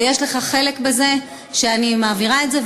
ויש לך חלק בזה שאני מעבירה את זה,